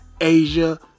Asia